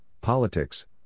Politics